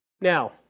Now